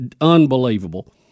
unbelievable